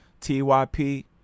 TYP